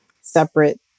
separate